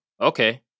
okay